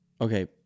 Okay